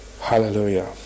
Hallelujah